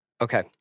Okay